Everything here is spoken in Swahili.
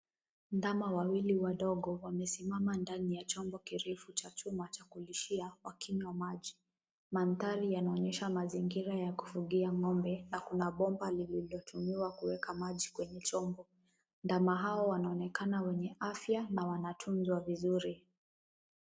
Ndama wawili wadogo wamesimama ndani ya chombo kirefu cha chuma cha kulishia wakinywa maji. Mandhari yanaonyesha mazingira ya kufungia ng'ombe na kuna bomba lililotumiwa kuweka maji kwenye chombo. Ndama hao wanaonekana wenye afya na wanatunzwa vizuri.